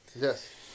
Yes